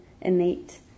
innate